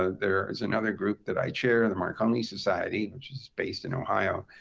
ah there is another group that i chair, the marconi society, which is based in ohio,